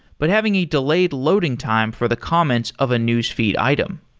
but having a delayed loading time for the comments of a newsfeed item.